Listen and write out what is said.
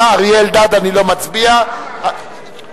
אנחנו עוברים להסתייגות 42. קבוצת רע"ם-תע"ל,